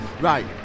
Right